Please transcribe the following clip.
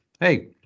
hey